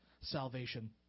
salvation